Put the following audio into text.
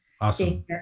Awesome